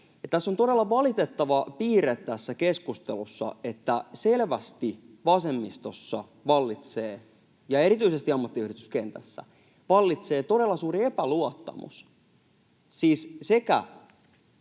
on todella valitettava piirre, että selvästi vasemmistossa vallitsee, ja erityisesti ammattiyhdistyskentässä, todella suuri epäluottamus